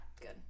Good